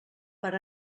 per